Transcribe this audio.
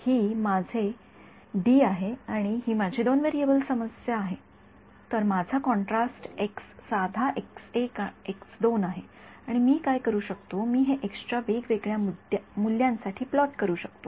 ही माझे डी आहे ही माझी दोन व्हेरिएबल्स समस्या आहे तर माझा कॉन्ट्रास्ट एक्स साधा आहे आणि मी काय करू शकतो मी हे एक्स च्या वेगवेगळ्या मूल्यांसाठी प्लॉट करू शकतो